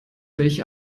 welche